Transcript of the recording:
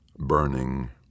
burning